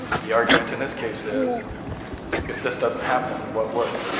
the argument in this case is if this doesn't happen, what would?